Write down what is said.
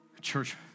church